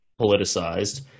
politicized